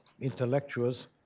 intellectuals